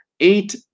eight